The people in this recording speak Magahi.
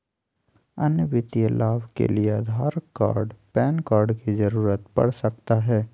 अन्य वित्तीय लाभ के लिए आधार कार्ड पैन कार्ड की जरूरत पड़ सकता है?